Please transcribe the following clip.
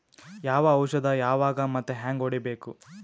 ಯಾವ ಔಷದ ಯಾವಾಗ ಮತ್ ಹ್ಯಾಂಗ್ ಹೊಡಿಬೇಕು?